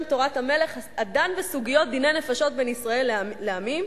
'תורת המלך' הדן בסוגיות דיני נפשות בין ישראל לעמים,